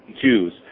Jews